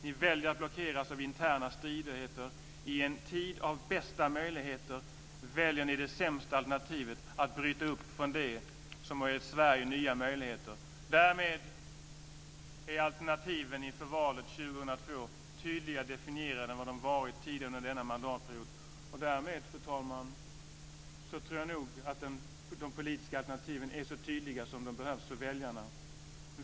Ni väljer att blockeras av interna stridigheter. I en tid av bästa möjligheter väljer ni det sämsta alternativet: att bryta upp från det som har gett Sverige nya möjligheter. Därmed är alternativen inför valet 2002 tydligare definierade än vad de varit tidigare under denna mandatperiod. Därmed, fru talman, tror jag nog att de politiska alternativen är så tydliga som behövs för väljarna.